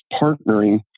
partnering